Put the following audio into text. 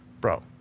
bro